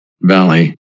valley